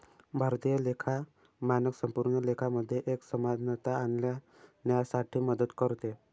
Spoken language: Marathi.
भारतीय लेखा मानक संपूर्ण लेखा मध्ये एक समानता आणण्यासाठी मदत करते